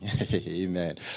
Amen